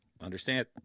Understand